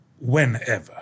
whenever